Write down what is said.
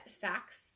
facts